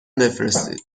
بفرستید